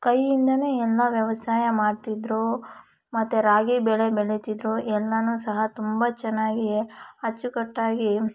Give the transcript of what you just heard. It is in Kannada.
ಕೈಯಿಂದಲೇ ಎಲ್ಲ ವ್ಯವಸಾಯ ಮಾಡ್ತಿದ್ದರು ಮತ್ತು ರಾಗಿ ಬೆಳೆ ಬೆಳಿತಿದ್ದರು ಎಲ್ಲವೂ ಸಹ ತುಂಬ ಚೆನ್ನಾಗಿ ಅಚ್ಚುಕಟ್ಟಾಗಿ